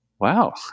wow